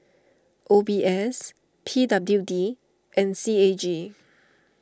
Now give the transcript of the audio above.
O B S P W D and C A G